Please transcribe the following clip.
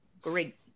great